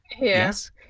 Yes